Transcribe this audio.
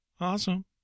Awesome